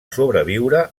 sobreviure